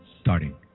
starting